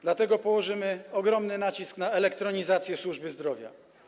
Dlatego położymy ogromny nacisk na elektronizację służby zdrowia.